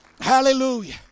hallelujah